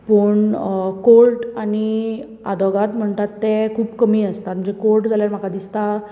पूण कोर्ट आनी आद्वोगाद म्हणटात ते खूब कमी आसता म्हणजे कोर्ट जाल्यार म्हाका दिसतां